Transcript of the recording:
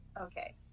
Okay